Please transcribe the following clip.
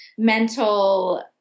mental